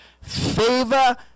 Favor